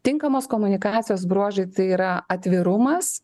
tinkamos komunikacijos bruožai tai yra atvirumas